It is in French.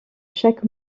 chaque